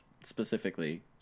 specifically